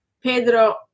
Pedro